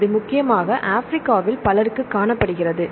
இது முக்கியமாக ஆப்பிரிக்காவில் பலருக்குக் காணப்படுகிறது